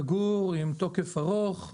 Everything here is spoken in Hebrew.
מזון סגור, עם תוקף ארוך.